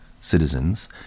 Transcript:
citizens